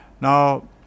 Now